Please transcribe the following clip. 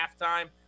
halftime